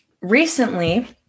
recently